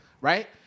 Right